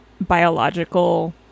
biological